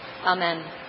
Amen